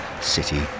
City